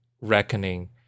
reckoning